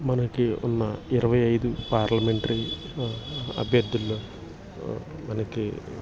మనకి ఉన్న ఇరవై ఐదు పార్లమెంటరీ అభ్యర్థుల్లో మనకి